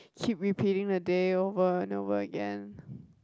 keep repeating the day over and over again